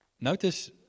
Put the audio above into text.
Notice